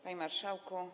Panie Marszałku!